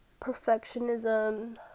perfectionism